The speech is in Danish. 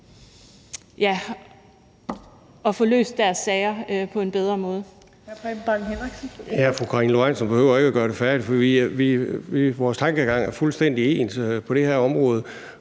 at få løst deres sager på en bedre måde?